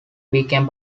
became